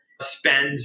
spend